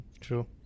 true